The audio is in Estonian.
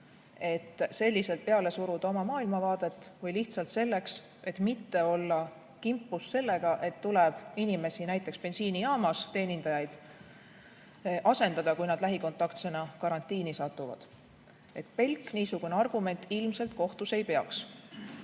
selleks, et peale suruda oma maailmavaadet, või lihtsalt selleks, et mitte olla kimpus sellega, et tuleb inimesi, näiteks bensiinijaama teenindajaid, asendada, kui nad lähikontaktsena karantiini satuvad. Pelk niisugune argument ilmselt kohtus ei peaks. Küll